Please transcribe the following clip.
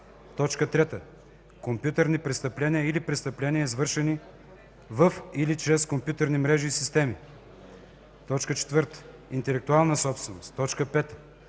3. компютърни престъпления или престъпления, извършени във или чрез компютърни мрежи и системи; 4. интелектуална собственост; 5.